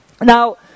Now